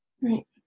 Right